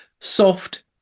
Soft